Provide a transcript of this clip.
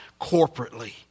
corporately